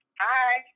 Hi